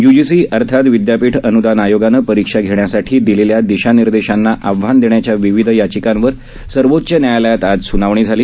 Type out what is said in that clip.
UGC अर्थात विद्यापीठ अन्दान आयोगानं परीक्षा घेण्यासाठी दिलेल्या दिशानिर्देशांना आव्हान देण्याच्या विविध याचिकांवर सर्वोच्च न्यायालयात आज स्नावणी झाली